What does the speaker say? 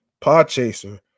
PodChaser